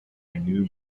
new